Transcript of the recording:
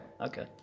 okay